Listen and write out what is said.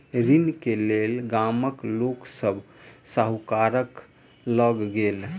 ऋण के लेल गामक लोक सभ साहूकार लग गेल